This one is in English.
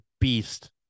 beast